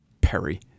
Perry